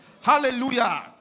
Hallelujah